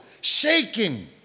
shaking